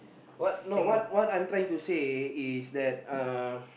what no what what I'm trying to say is that uh